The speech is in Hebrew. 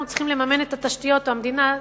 צריכים לממן את התשתיות או המדינה,